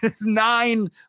nine